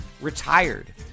retired